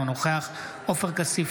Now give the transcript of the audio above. אינו נוכח עופר כסיף,